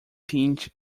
pinch